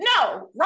No